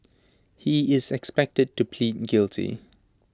he is expected to plead guilty